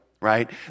right